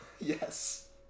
Yes